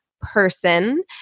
person